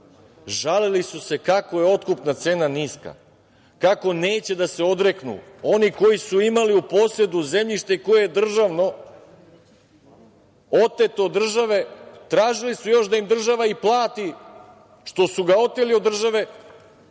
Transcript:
Žalili su se kako je otkupna cena niska, kako neće da se odreknu, oni koji su imali u posedu zemljište koje je državno, oteto od države, tražili su još da im država i plati što su ga oteli od države,